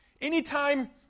Anytime